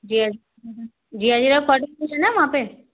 जी cotton mill है ना वहाँ पे